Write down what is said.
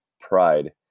pride